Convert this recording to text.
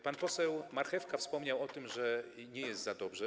Pan poseł Marchewka wspomniał o tym, że nie jest za dobrze.